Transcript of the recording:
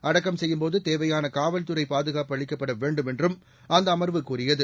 அடக்கம் செய்யும்போது தேவையான காவல்துறை பாதுகாப்பு அளிக்கப்பட வேண்டும் என்றும் அந்த அமர்வு கூறியது